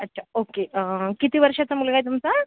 अच्छा ओके किती वर्षाचा मुलगा आहे तुमचा